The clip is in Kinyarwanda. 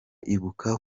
ibuka